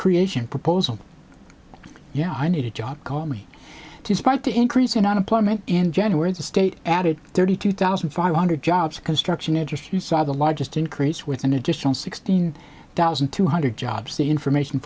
creation proposal yeah i need a job called me to spike to increase in unemployment in january the state added thirty two thousand five hundred jobs because struction interest you saw the largest increase with an additional sixteen thousand two hundred jobs the information